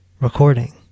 recording